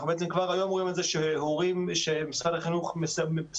כבר היום אנחנו רואים שמשרד החינוך מסרב